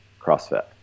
CrossFit